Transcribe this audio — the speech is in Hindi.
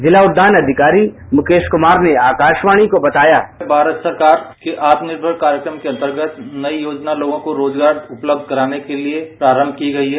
जिला उद्यान अधिकारी मुक्रेश कुमार ने आकाशवाणी को बताया भारत सरकार के आत्मनिर्भर कार्यक्रम के अन्तर्गत नई योजना लोगों को उपलब्ध कराने के लिये प्रारम्भ की गई है